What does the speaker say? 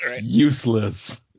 useless